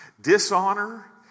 dishonor